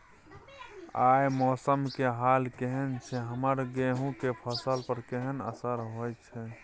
आय मौसम के हाल केहन छै हमर गेहूं के फसल पर केहन असर होय छै?